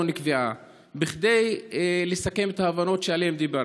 נקבעה כדי לסכם את ההבנות שעליהן דיברת.